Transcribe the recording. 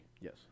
Yes